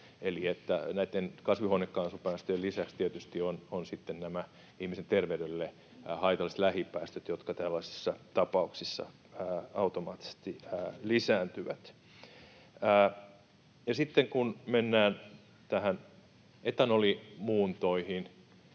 kasvihuonekaasupäästöjen lisäksi tietysti ovat sitten nämä ihmisen terveydelle haitalliset lähipäästöt, jotka tällaisissa tapauksissa automaattisesti lisääntyvät. Sitten kun mennään näihin etanolimuuntoihin: